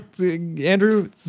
Andrew